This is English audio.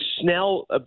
Snell